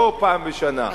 לא פעם בשנה.